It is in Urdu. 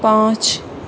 پانچ